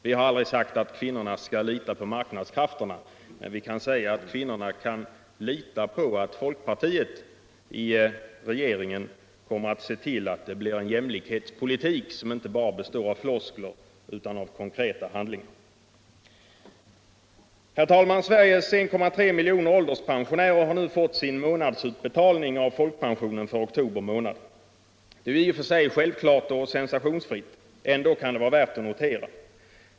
: Vi har aldrig sagt att kvinnorna skall lita på marknadskrafterna, men kvinnorna kan lita på att folkpartiet i regeringen kommer att se till att det blir en jämlikhetspolitik som inte består bara av floskler utan av konkreta handlingar. Herr talman! Sveriges 1,3 miljoner ålderspensionärer har nu fått sin månadsutbetalning av folkpensionen för oktober månad. Det är i och för sig självklart och sensationsfritt. Ändå kan det vara värt att notera.